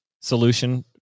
solution